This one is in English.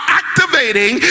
activating